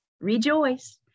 rejoice